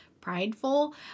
prideful